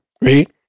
Right